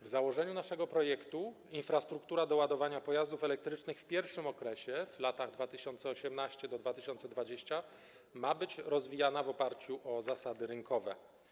W założeniu naszego projektu infrastruktura do ładowania pojazdów elektrycznych w pierwszym okresie, w latach od 2018 r. do 2020 r., ma być rozwijana w oparciu o zasady rynkowe.